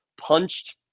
punched